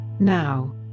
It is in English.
Now